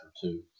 two